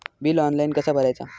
Bill online कसा भरायचा?